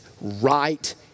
right